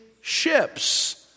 ships